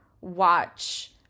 watch